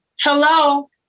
hello